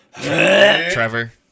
Trevor